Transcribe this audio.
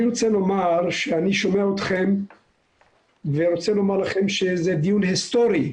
אני רוצה לומר שאני שומע אתכם ורוצה לומר לכם שזה דיון היסטורי.